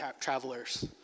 travelers